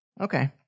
Okay